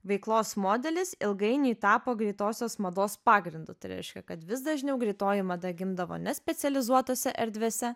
veiklos modelis ilgainiui tapo greitosios mados pagrindu tai reiškia kad vis dažniau greitoji mada gimdavo ne specializuotose erdvėse